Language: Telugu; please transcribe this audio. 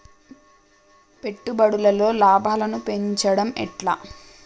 పెట్టుబడులలో లాభాలను పెంచడం ఎట్లా?